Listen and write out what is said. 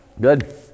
Good